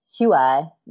Qi